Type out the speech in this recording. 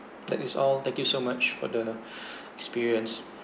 that is all thank you so much for the experience